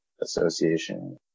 association